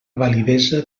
validesa